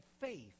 faith